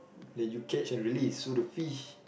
that you catch and release so the fish